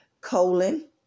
colon